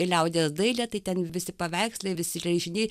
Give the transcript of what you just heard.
ir liaudies dailė tai ten visi paveikslai visi raižiniai